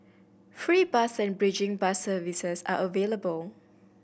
free bus and bridging bus services are available